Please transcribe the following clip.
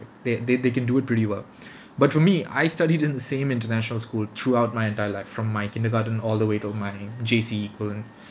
they they they can do it pretty well but for me I studied in the same international school throughout my entire life from my kindergarten all the way till my J_C equivalent